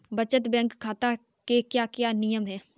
बचत बैंक खाते के क्या क्या नियम हैं?